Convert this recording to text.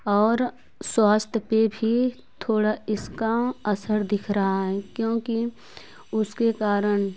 और स्वास्थ्य पर भी थोड़ा इसका असर दिख रहा है क्योंकि उसके कारण